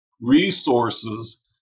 resources